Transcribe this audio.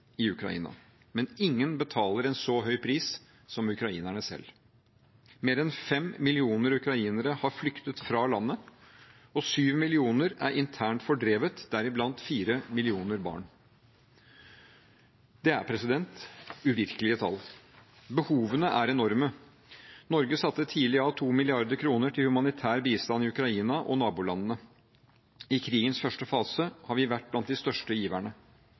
i Ukraina, men ingen betaler en så høy pris som ukrainerne selv. Mer enn fem millioner ukrainere har flyktet fra landet, og syv millioner er internt fordrevet, deriblant fire millioner barn. Det er uvirkelige tall. Behovene er enorme. Norge satte tidlig av 2 mrd. kr til humanitær bistand i Ukraina og nabolandene. I krigens første fase har vi vært blant de største giverne.